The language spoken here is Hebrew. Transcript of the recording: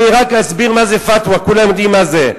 אני רק אסביר מה זה "פתווה", כולם יודעים מה זה.